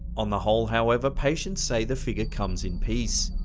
on the whole, however, patients say the figure comes in peace.